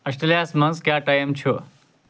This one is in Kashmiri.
آسٹریلیاہس منز کیٛاہ ٹایِم چھُ